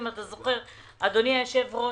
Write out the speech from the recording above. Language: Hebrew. אדוני היושב-ראש.